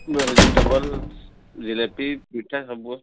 vegetables jalebi ପିଠା ସବୁ ଅଛି